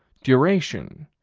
duration,